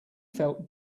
felt